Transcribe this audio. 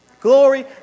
Glory